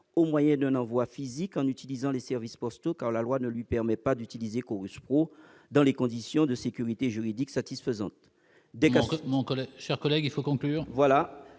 au moyen d'un envoi physique en utilisant les services postaux, car la loi ne lui permet pas d'utiliser Chorus Pro dans des conditions de sécurité juridique satisfaisantes. Veuillez conclure,